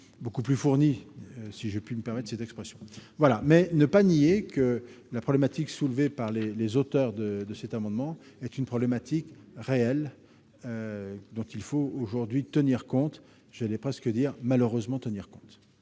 beaucoup plus fourni, si je puis me permettre cette expression. Il ne s'agit pas de nier que la problématique soulevée par les auteurs de cet amendement est une problématique réelle, dont il faut aujourd'hui tenir compte, j'allais presque dire malheureusement. Quel